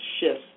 shifts